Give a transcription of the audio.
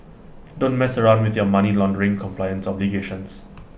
don't mess around with your money laundering compliance obligations